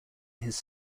his